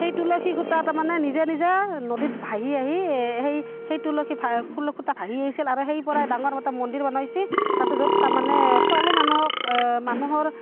সেই তুলসী খুঁটা তাৰমানে নিজে নিজে নদীত ভাঁহি আহি সেই সেই তুলসী ফুল খুঁটা ভাঁহি আহিছিল আৰু সেই পৰাই ডাঙৰ এটা মন্দিৰ বনাইছে তাতে য'ত তাৰমানে ছোৱালী মানুহক মানুহৰ